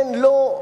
כן, לא.